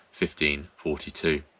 1542